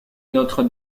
notre